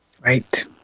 Right